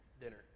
dinner